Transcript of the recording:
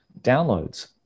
downloads